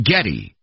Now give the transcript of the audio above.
Getty